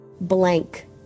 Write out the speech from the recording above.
blank